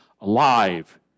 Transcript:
alive